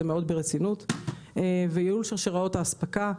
מאוד ברצינות וכן את ייעול שרשראות ההספקה.